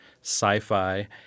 sci-fi